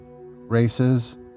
races